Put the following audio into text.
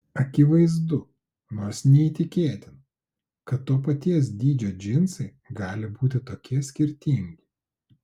akivaizdu nors neįtikėtina kad to paties dydžio džinsai gali būti tokie skirtingi